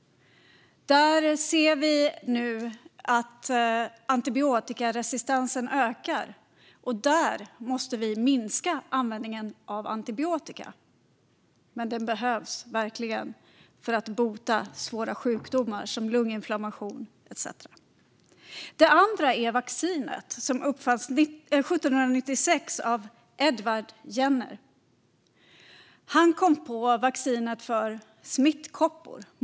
Vi kan se att antibiotikaresistensen ökar. Därför måste vi minska användningen av antibiotika. Men den behövs verkligen för att bota svåra sjukdomar, såsom lunginflammation. Den andra är vaccinet som uppfanns 1796 av Edward Jenner. Han kom på vaccinet mot smittkoppor.